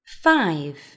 five